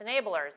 enablers